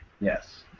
Yes